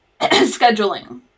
scheduling